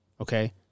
Okay